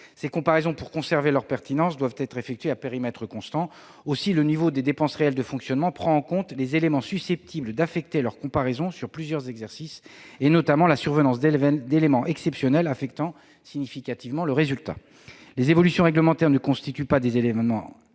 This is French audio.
Ces comparaisons, pour conserver leur pertinence, doivent être effectuées à périmètre constant. Aussi, le niveau des dépenses réelles de fonctionnement prend en compte « les éléments susceptibles d'affecter leur comparaison sur plusieurs exercices, et notamment [...] la survenance d'éléments exceptionnels affectant significativement le résultat ». Les évolutions réglementaires ne constituent pas des éléments exceptionnels